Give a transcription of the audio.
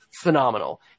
phenomenal